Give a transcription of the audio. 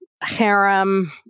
harem